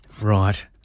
Right